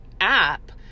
app